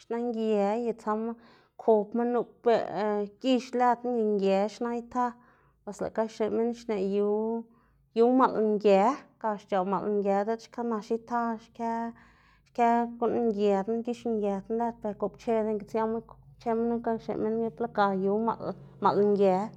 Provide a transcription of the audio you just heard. xna nge y tsama kobma nup gix lëd knu y nge xna ita, bos lëꞌ ga xneꞌ minn xneꞌ yu yu maꞌl nge, ga xc̲h̲aꞌ maꞌl nge diꞌt xka nax ita xkë xkë guꞌn nge knu, gix nge knu lëd ber gopcheda siama gopcehma xneꞌ minn gibla ga yu maꞌl maꞌl nge.